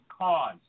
cause